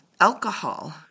alcohol